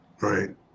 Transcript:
right